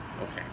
Okay